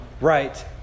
right